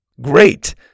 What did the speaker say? Great